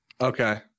Okay